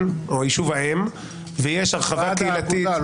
או יישוב האם ויש הרחבה קהילתית --- ועד האגודה,